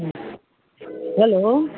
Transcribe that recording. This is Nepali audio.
हेलो